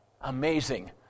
Amazing